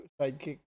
sidekick